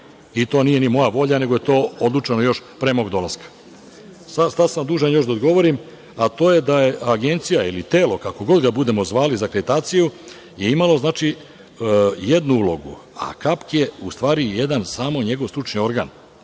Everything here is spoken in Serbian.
To nije ni moja volja nego je to odlučeno još pre mog dolaska. Ostao sam dužan još da odgovorim, a to je da je agencija ili telo, kako god ga budemo zvali za akreditaciju, je imalo jednu ulogu, a KAP je jedan njegov stručni organ.